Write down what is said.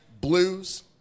blues